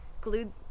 glued